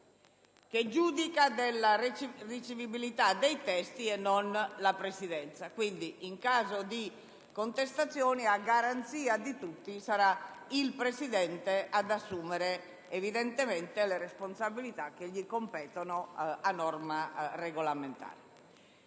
che giudica della ricevibilità dei testi e non la Presidenza. Quindi, in caso di contestazione, a garanzia di tutti, sarà il presidente Schifani ad assumere le responsabilità che gli competono, a norma regolamentare.